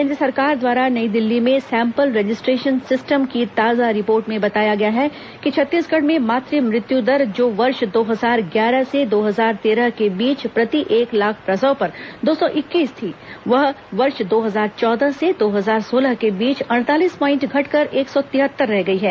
केन्द्र सरकार द्वारा नई दिल्ली में सैम्पल रजिस्ट्रेशन सिस्टम की ताजा रिपोर्ट में बताया गया है कि छत्तीसगढ़ में मातु मृत्यु दर जो वर्ष दो हजार ग्यारह से दो हजार तेरह के बीच प्रति एक लाख प्रसव पर दो सौ इक्कीस थी वह वर्ष दो हजार चौदह से दो हजार सोलह के बीच अड़तालीस पाईंट घटकर एक सौ तिहत्तर रह गई है